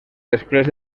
després